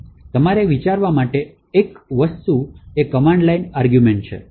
તમારે વિચારવા માટેની એક વસ્તુ એ કમાન્ડ લાઇન આર્ગૂમેંટ વિશે છે